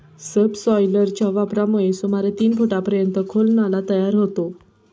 सबसॉयलरच्या वापरामुळे सुमारे तीन फुटांपर्यंत खोल नाला तयार होतो